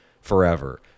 forever